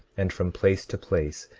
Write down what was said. and from place to place,